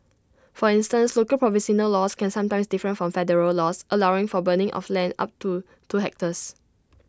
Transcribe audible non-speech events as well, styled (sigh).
for instance local (unintelligible) laws can sometimes different from federal laws allowing for burning of land up to two hectares